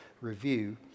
review